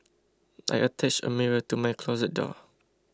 I attached a mirror to my closet door